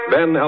Ben